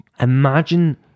imagine